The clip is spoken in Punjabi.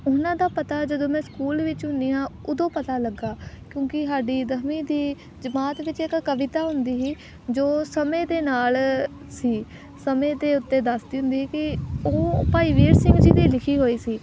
ਉਹਨਾਂ ਦਾ ਪਤਾ ਜਦੋਂ ਮੈਂ ਸਕੂਲ ਵਿੱਚ ਹੁੰਦੀ ਹਾਂ ਉਦੋਂ ਪਤਾ ਲੱਗਿਆ ਕਿਉਂਕਿ ਸਾਡੀ ਦਸਵੀਂ ਦੀ ਜਮਾਤ ਵਿੱਚ ਇੱਕ ਕਵਿਤਾ ਹੁੰਦੀ ਸੀ ਜੋ ਸਮੇਂ ਦੇ ਨਾਲ ਸੀ ਸਮੇਂ ਦੇ ਉੱਤੇ ਦੱਸਦੀ ਹੁੰਦੀ ਕਿ ਉਹ ਭਾਈ ਵੀਰ ਸਿੰਘ ਜੀ ਦੀ ਲਿਖੀ ਹੋਈ ਸੀ